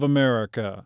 America